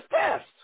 test